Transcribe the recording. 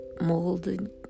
molded